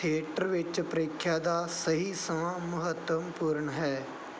theatre ਵਿੱਚ ਪ੍ਰੀਖਿਆ ਦਾ ਸਹੀ ਸਮਾਂ ਮਹੱਤਵਪੂਰਨ ਹੈ